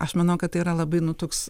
aš manau kad tai yra labai nutuks